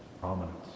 Prominence